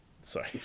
Sorry